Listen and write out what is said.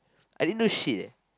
I didn't do shit leh